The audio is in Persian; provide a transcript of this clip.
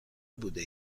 بوده